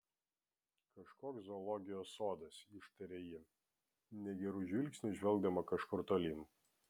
kažkoks zoologijos sodas ištarė ji negeru žvilgsniu žvelgdama kažkur tolyn